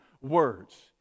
words